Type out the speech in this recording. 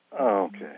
Okay